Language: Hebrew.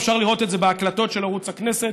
אפשר לראות את זה בהקלטות של ערוץ הכנסת,